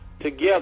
together